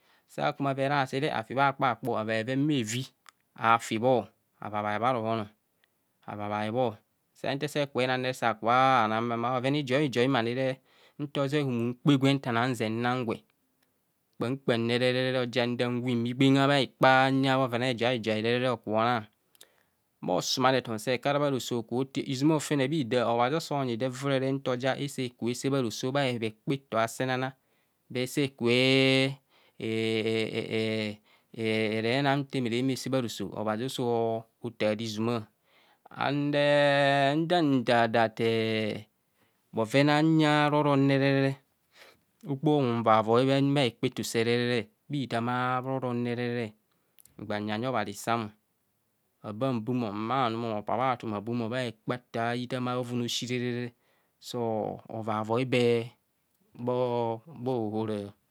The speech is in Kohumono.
Saa kuma vaa erasi re afi bhaa kpakpo avaa bheven bhavi afi bho ava bae bha rohon, ava bae bho nte se kubho nang re sa kubho na, ma bhoven ijoi yoi nto zeng mu kpa gwe nta nang zung nang gwe, kpam kpam re re re, aja nda win bhikpengha bhaekpa huyeng a bhoven yoi yoi ho kubho nang. bho sumarethon se kuara bharosa haku bhate ọ, izuma ho tene bhidaa, abhazi onyi do euurere nto ja ecaa kubho saa bharoso bha hekpaeto aasenana se kubhe e e e e eranang makubhe sabharoso, obhazi oso taa do izuma. Ned ja ntaa that ee bhove ajen roro re re re ugbu vavoi bhahekpa eto see re re re, bhitaama rorong re re re ngba nyinyi obhazi sam o. Ababum ọ, mma anum ọ mopa bha tumabum ọ bhaekpeto itham aobheven aoshi, sọọ vavoi bee bha ahora.